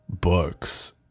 books